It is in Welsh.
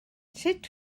sut